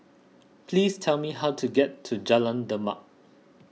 please tell me how to get to Jalan Demak